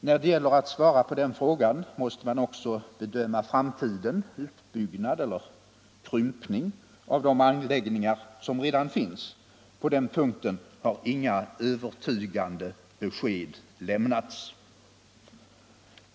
När det gäller att svara på den frågan måste man också bedöma den framtida utbyggnaden eller krympningen av de anläggningar som redan finns. På den punkten har inga övertygande besked lämnats.